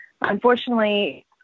Unfortunately